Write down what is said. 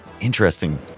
Interesting